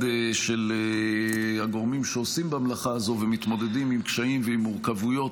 של הגורמים שעושים במלאכה הזאת ומתמודדים עם קשיים ועם מורכבויות,